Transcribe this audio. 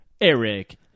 Eric